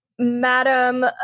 Madam